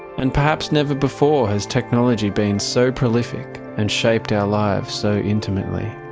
and perhaps never before has technology been so prolific and shaped our lives so intimately.